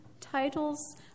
titles